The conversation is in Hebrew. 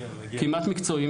כמעט מקצועיים,